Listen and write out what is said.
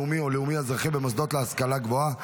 לאומי או לאומי-אזרחי במוסדות להשכלה גבוהה,